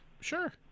sure